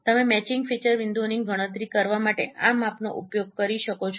તમે matching feature બિંદુઓની ગણતરી કરવા માટે આ માપનો ઉપયોગ કરી શકો છો